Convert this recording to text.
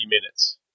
minutes